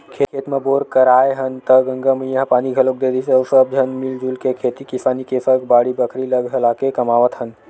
खेत म बोर कराए हन त गंगा मैया ह पानी घलोक दे दिस अउ सब झन मिलजुल के खेती किसानी के सग बाड़ी बखरी ल घलाके कमावत हन